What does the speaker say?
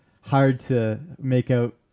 hard-to-make-out